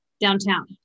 downtown